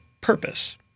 purpose